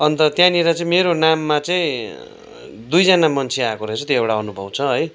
अन्त त्यहाँनिर मेरो नाममा चाहिँ दुईजना मान्छे आएको रहेछ त्यो एउटा अनुभव छ है